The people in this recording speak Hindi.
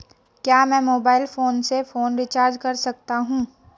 क्या मैं मोबाइल फोन से फोन रिचार्ज कर सकता हूं?